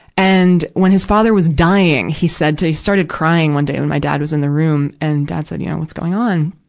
and, when his father was dying, he said, he started crying one day when my dad was in the room. and, dad said, you know, what's going on?